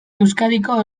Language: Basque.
euskadiko